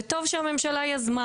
וטוב שהממשלה יזמה